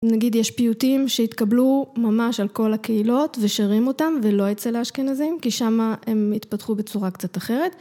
נגיד יש פיוטים, שהתקבלו, ממש, על כל הקהילות, ושרים אותם, ולא אצל האשכנזים, כי שמה, הם, התפתחו בצורה קצת אחרת,